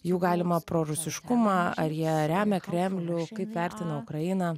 jų galimą prorusiškumą ar jie remia kremlių kaip vertina ukrainą